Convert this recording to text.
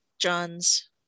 John's